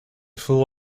fool